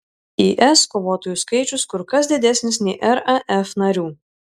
is kovotojų skaičius kur kas didesnis nei raf narių